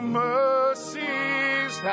mercies